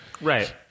Right